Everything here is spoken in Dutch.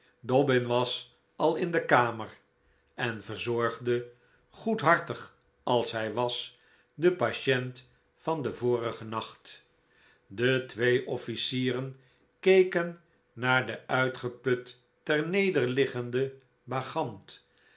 dobbin was al in de kamer en verzorgde goedhartig als hij was den patient van den vorigen nacht de twee officieren keken naar den uitgeput ter neder liggenden bacchant